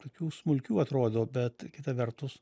tokių smulkių atrodo bet kita vertus